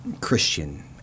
Christian